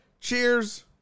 cheers